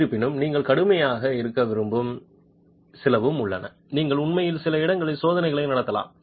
இருப்பினும் நீங்கள் கடுமையாக இருக்க விரும்பும் சிலவும் உள்ளன நீங்கள் உண்மையில் சில இடத்தின் சோதனைகளை நடத்தலாம்